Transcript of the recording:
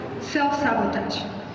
Self-sabotage